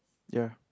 ya